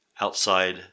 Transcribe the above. outside